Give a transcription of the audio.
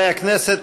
חברי הכנסת,